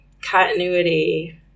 continuity